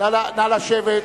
נא לשבת.